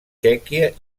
txèquia